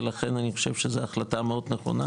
לכן אני חושב שזה החלטה מאוד נכונה.